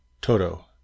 Toto